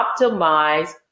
optimize